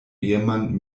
ehemann